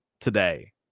today